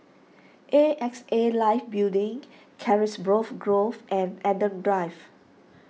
A X A Life Building Carisbrooke Grove and Adam Drive